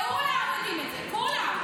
כולם יודעים את זה, כולם.